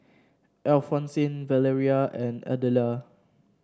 Alphonsine Valeria and Adela